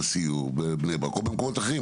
לסיור בבני ברק או במקומות אחרים,